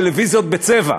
טלוויזיות בצבע,